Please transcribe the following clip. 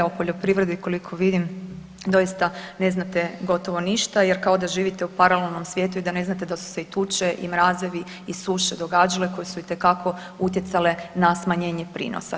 O poljoprivredi koliko vidim doista ne znate gotovo ništa, jer kao da živite u paralelnom svijetu i da ne znate da su se i tuče i mrazevi događale koje su itekako utjecale na smanjenje prinosa.